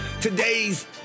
Today's